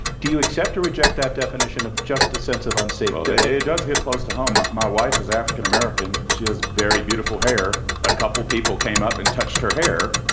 do you accept or reject that definition of just a sense of unsafe? well, it does hit close to home. my wife is african american. she has very beautiful hair. a couple people came up and touched her hair.